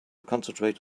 concentrate